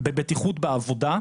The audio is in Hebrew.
בבטיחות בעבודה,